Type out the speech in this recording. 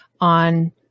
on